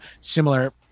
similar